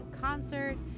concert